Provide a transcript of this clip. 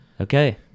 Okay